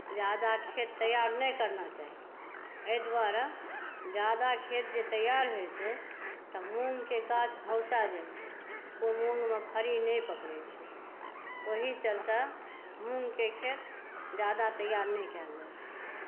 ज़्यादा खेत तैआर नहि करना चाही एहि दुआरे ज़्यादा खेत जे तैआर होइ छै तऽ मूँगके गाछ हौसा जाइ छै ओ मूँगमे फरी नहि पकड़ै छै ओहि चलते मूँगके खेत ज़्यादा तैआर नहि कयल जाइ छै